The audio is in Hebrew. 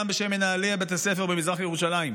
גם בשם מנהלי בתי ספר במזרח ירושלים,